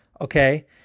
Okay